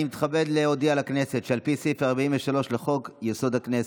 אני מתכבד להודיע לכנסת שעל פי סעיף 43 לחוק-יסוד: הכנסת,